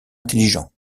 intelligent